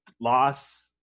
loss